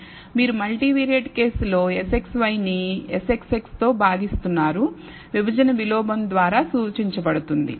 మీరు మల్టీవిరియట్ కేసులో SXy నీ SXX తో భాగీస్తున్నారు విభజన విలోమం ద్వారా సూచించబడుతుంది